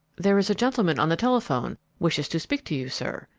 there is a gentleman on the telephone wishes to speak to you, sir,